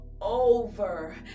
over